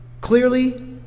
clearly